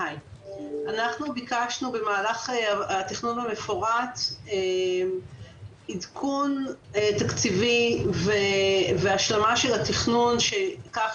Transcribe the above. אנחנו ביקשנו במהלך התכנון המפורט עדכון תקציבי והשלמה של התכנון שכך